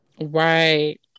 Right